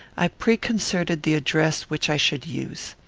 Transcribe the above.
i preconcerted the address which i should use.